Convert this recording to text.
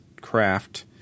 craft